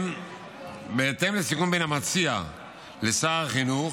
בהמשך לסיכום בין המציע לשר החינוך,